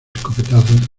escopetazos